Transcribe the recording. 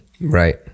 Right